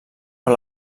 per